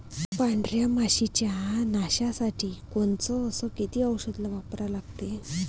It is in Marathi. पांढऱ्या माशी च्या नाशा साठी कोनचं अस किती औषध वापरा लागते?